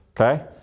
Okay